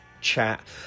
chat